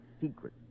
secret